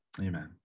Amen